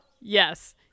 yes